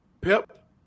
pep